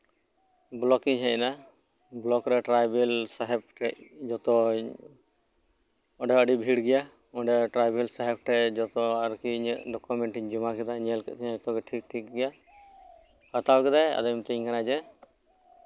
block ᱨᱤᱧ ᱦᱮᱡ ᱮᱱᱟ ᱵᱚᱞᱚᱠᱨᱮ ᱴᱨᱟᱭᱵᱮᱞ ᱥᱟᱦᱮᱵᱽ ᱴᱷᱮᱱ ᱡᱷᱚᱛᱚ ᱚᱸᱰᱮ ᱟᱹᱰᱤ ᱵᱷᱤᱲ ᱜᱮᱭᱟ ᱴᱨᱟᱭᱵᱮᱞ ᱥᱟᱦᱮᱵᱽ ᱴᱷᱮᱱ ᱡᱚᱛᱚ ᱤᱧᱟᱹᱜ ᱟᱨᱠᱤ ᱰᱚᱠᱚᱢᱮᱱᱴᱥ ᱤᱧ ᱡᱚᱢᱟ ᱠᱮᱫᱟ ᱧᱮᱞ ᱠᱮᱫᱟᱭ ᱡᱷᱚᱛᱚ ᱜᱮ ᱴᱷᱤᱠ ᱜᱮᱭᱟ ᱦᱟᱛᱟᱣ ᱠᱮᱫᱟᱭ ᱟᱫᱚᱭ ᱢᱤᱛᱟᱹᱧ ᱠᱟᱱᱟᱭ ᱡᱮ